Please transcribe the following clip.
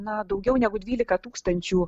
na daugiau negu dvylika tūkstančių